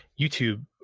YouTube